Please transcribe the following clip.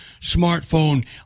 smartphone